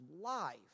life